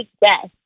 death